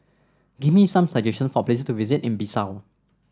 give me some suggestion for place to visit in Bissau